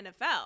NFL